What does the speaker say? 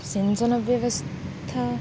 सिञ्चनव्यवस्था